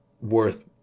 worth